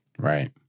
Right